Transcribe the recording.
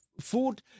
food